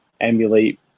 emulate